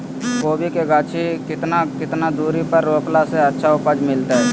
कोबी के गाछी के कितना कितना दूरी पर रोपला से अच्छा उपज मिलतैय?